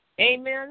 Amen